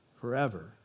forever